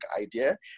idea